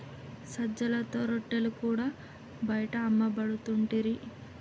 సజ్జలతో రొట్టెలు కూడా బయట అమ్మపడుతుంటిరి